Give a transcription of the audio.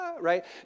right